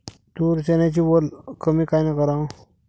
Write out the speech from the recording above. तूर, चन्याची वल कमी कायनं कराव?